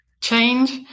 change